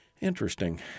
interesting